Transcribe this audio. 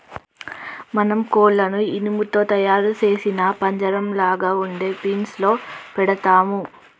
మనం కోళ్లను ఇనుము తో తయారు సేసిన పంజరంలాగ ఉండే ఫీన్స్ లో పెడతాము